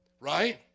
Right